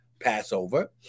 Passover